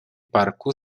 parku